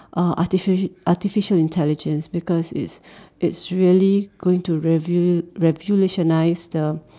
uh artifici~ artificial intelligence because it's it's really going to reveal revolutionize the